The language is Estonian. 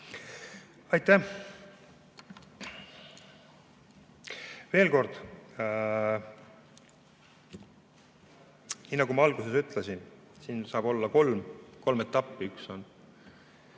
Aitäh! Veel kord, nii nagu ma alguses ütlesin, siin saab olla kolm etappi. Üks on